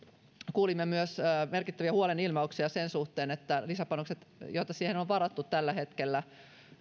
kuulimme myös merkittäviä huolenilmauksia sen suhteen että lisäpanokset joita siihen on on varattu tällä hetkellä